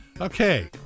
Okay